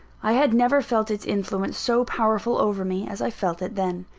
i had never felt its influence so powerful over me as i felt it then.